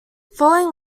following